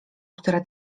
która